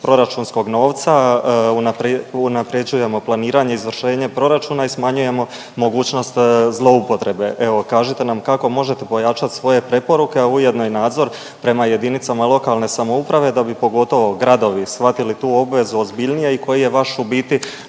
proračunskog novca, unaprjeđujemo planiranje i izvršenje proračuna i smanjujemo mogućnost zloupotrebe. Evo, kažite nam kako možete pojačati svoje preporuke, a ujedno i nadzor prema jedinicama lokalne samouprave da bi pogotovo gradovi shvatili tu obvezu ozbiljnije i koji je vaš, u biti,